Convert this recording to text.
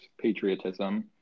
patriotism